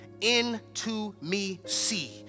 In-to-me-see